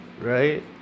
Right